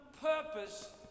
purpose